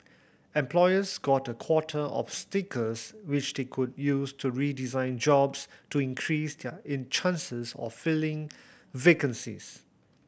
employers got a quota of stickers which they could use to redesign jobs to increase their in chances of filling vacancies